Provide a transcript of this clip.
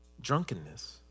drunkenness